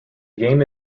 game